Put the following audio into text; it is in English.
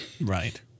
Right